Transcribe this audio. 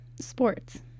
sports